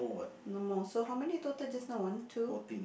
no more so how many total just now one two